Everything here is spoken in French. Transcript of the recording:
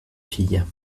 fille